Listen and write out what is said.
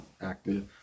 active